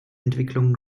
entwicklungen